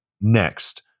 Next